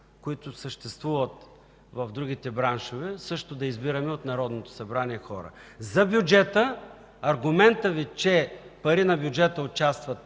които съществуват в другите браншове, също да се избират хора в Народното събрание. За бюджета – аргументът Ви, че пари на бюджета участват